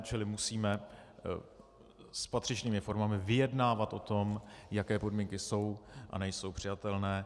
Čili musíme s patřičnými formami vyjednávat o tom, jaké podmínky jsou a nejsou přijatelné.